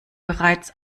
bereits